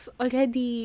already